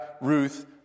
Ruth